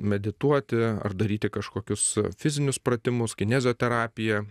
medituoti ar daryti kažkokius fizinius pratimus kinezioterapiją